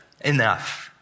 enough